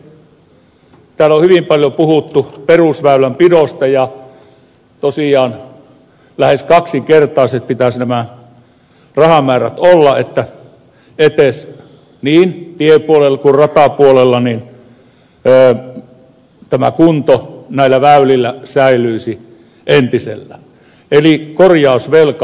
täällä on hyvin paljon puhuttu perusväylänpidosta ja tosiaan lähes kaksinkertaisia pitäisi näiden rahamäärien olla että edes niin tiepuolella kuin ratapuolellakin tämä kunto näillä väylillä säilyisi entisellään eli korjausvelka ei kasvaisi